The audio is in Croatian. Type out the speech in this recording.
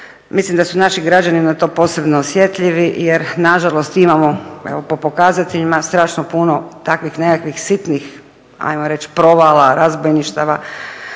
Mislim da su naši građani na to posebno osjetljivi jer nažalost imamo evo po pokazateljima strašno puno takvih nekakvih sitnih provala, razbojništava